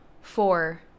Four